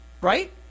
right